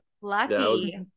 lucky